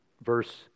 Verse